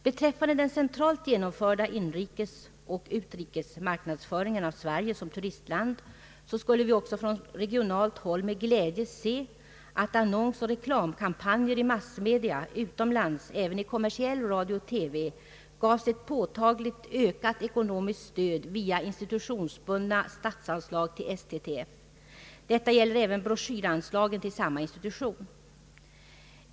Beträffande den centralt genomförda utrikesoch inrikes marknadsföringen av Sverige som turistland skulle vi också från regionalt håll med glädje se att annonsoch reklamkampanjer i massmedia — utomlands även i kommersiell radio och TV — gavs ett påtagligt ökat ekonomiskt stöd via institutionsbundna statsanslag till Svenska turisttrafikförbundet. Detta gäller även broschyranslagen till samma institution.